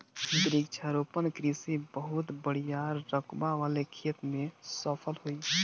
वृक्षारोपण कृषि बहुत बड़ियार रकबा वाले खेत में सफल होई